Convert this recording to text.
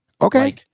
Okay